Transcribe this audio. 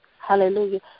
hallelujah